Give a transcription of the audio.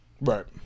Right